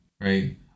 right